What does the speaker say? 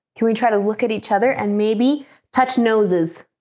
can we try to look at each other and maybe touch noses?